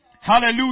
Hallelujah